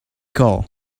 call